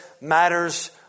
matters